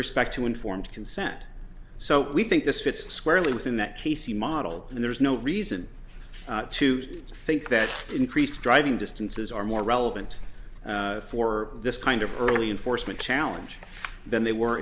respect to informed consent so we think this fits squarely within that casey model and there's no reason to think that increased driving distances are more relevant for this kind of early enforcement challenge than they were